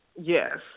yes